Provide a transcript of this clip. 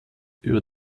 über